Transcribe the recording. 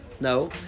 No